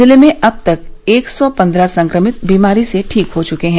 जिले में अब तक एक सौ पन्द्रह संक्रमित बीमारी से ठीक हो चुके हैं